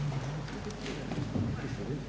Hvala i vama.